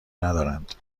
ندارند